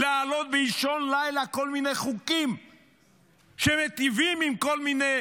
להעלות באישון לילה כל מיני חוקים שמיטיבים עם כל מיני